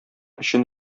өчен